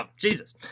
Jesus